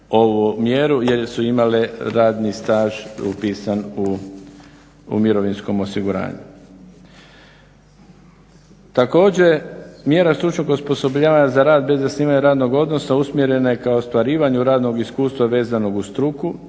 ovu mjeru jer su imale radni staž upisan u mirovinskom osiguranju. Također mjera stručnog osposobljavanja za rad bez zasnivanja radnog odnosa usmjerena je k ostvarivanju radnog iskustva vezanog uz struku,